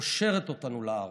קושר אותנו לארץ,